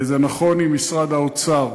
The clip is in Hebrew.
זה נכון עם משרד האוצר,